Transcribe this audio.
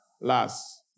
last